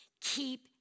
keep